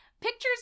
pictures